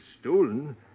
stolen